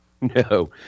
no